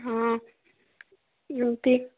ହୁଁ ଏମିତି